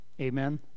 Amen